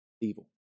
evil